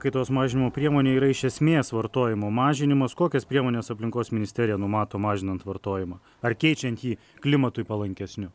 kaitos mažinimo priemonė yra iš esmės vartojimo mažinimas kokias priemones aplinkos ministerija numato mažinant vartojimą ar keičiant jį klimatui palankesniu